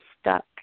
stuck